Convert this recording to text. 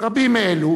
רבים מאלו